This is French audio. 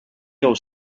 aux